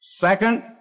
Second